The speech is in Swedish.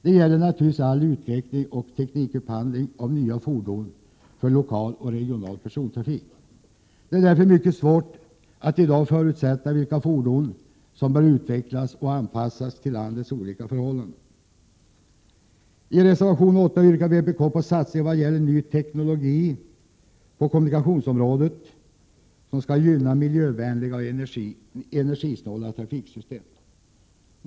Det gäller naturligtvis all utveckling och teknikupphandling av nya fordon för lokal och regional persontrafik. Det är därför mycket svårt att i dag förutsäga vilka fordon som bör utvecklas och anpassas till landets olika förhållanden. I reservation yrkar vpk på satsningar vad gäller ny teknologi på kommuni kationsområdet, som skall gynna miljövänliga och energisnåla trafiksystem.